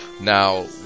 Now